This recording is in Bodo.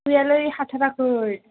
गैयालै हाथाराखै